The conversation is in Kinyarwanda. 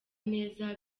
neza